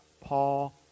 Paul